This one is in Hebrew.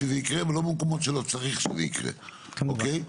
זאת אומרת,